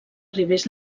arribés